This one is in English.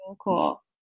cool